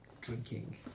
drinking